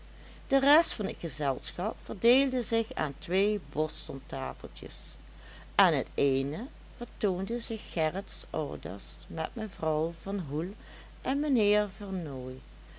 de rest van t gezelschap verdeelde zich aan twee bostontafeltjes aan het eene vertoonden zich gerrits ouders met mevrouw van hoel en mijnheer vernooy